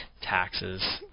taxes